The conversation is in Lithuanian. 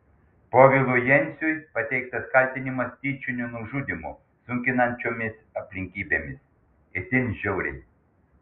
povilui jenciui pateiktas kaltinimas tyčiniu nužudymu sunkinančiomis aplinkybėmis itin žiauriai